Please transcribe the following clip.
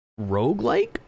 roguelike